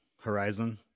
horizon